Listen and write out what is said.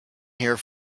here